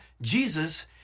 Jesus